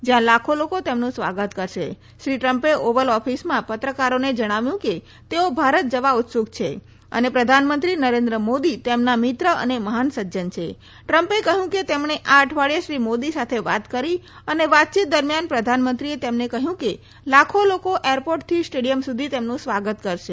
જયા લાખો લોકો તેમનું સ્વાગત કરશે શ્રી ટ્રમ્પે ઓવલ ઓફિસમા પત્રકારોને જણાવ્યું કે તેઓ ભારત જવા ઉતસુક છે અને પ્રઘાનમંત્રી નરેન્દ્ર મોદી તેમના મિત્ર અને મહાન સજ્જન છે ટ્રમ્પે કહ્યું કે તેમણે આ અઠવાડીયે શ્રી મોદી સાથે વાત કરી અને વાતચીત દરમિયાન પ્રધાનમંત્રીએ તેમને કહ્યું કે લાખો લોકો સ્ટેડિથમ સુધી તેમનું સ્વાગત કરશે